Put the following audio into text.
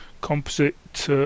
composite